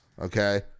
Okay